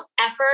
effort